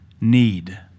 need